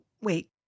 wait